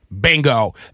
Bingo